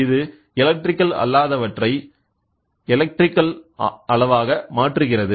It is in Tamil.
இது எலக்ட்ரிக்கல் அல்லாதவற்றை எலக்ட்ரிக் அளவாக மாற்றுகிறது